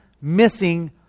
missing